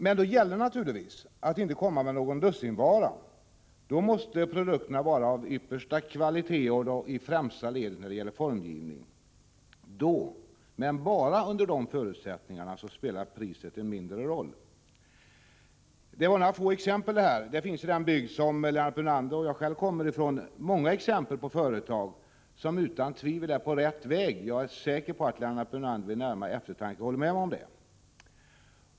Men då gäller det naturligtvis att inte komma med någon dussinvara. Då måste produkterna vara av yppersta kvalitet och i främsta ledet när det gäller formgivning. Då, men bara under dessa förutsättningar, spelar priset en mindre roll. Detta var bara några få exempel. Det finns i den bygd som Lennart Brunander och jag kommer ifrån många exempel på företag som utan tvivel är på rätt väg. Jag är säker på att Lennart Brunander vid närmare eftertanke håller med mig om det.